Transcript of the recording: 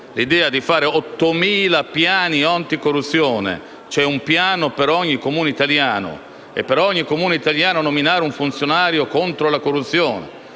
l'idea di fare 8.000 piani anticorruzione, cioè uno per ogni Comune italiano, e di nominare in ognuno un funzionario contro la corruzione